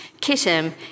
Kittim